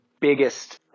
biggest